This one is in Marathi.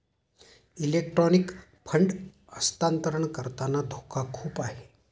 इलेक्ट्रॉनिक फंड हस्तांतरण करताना धोका खूप आहे